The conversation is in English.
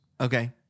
Okay